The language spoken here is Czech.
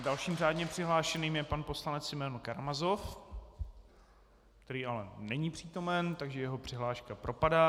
Dalším řádně přihlášeným je pan poslanec Simeon Karamazov, který ale není přítomen, takže jeho přihláška propadá.